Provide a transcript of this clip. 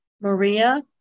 Maria